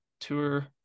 tour